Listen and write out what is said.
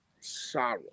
sorrow